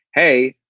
hey,